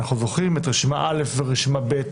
אנחנו זוכרים את רשימה א' ורשימה ב'